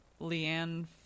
Leanne